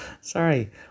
Sorry